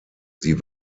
sie